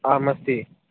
आम् अस्ति